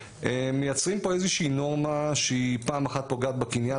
- מייצרים פה איזושהי נורמה שהיא פעם אחת פוגעת בקניין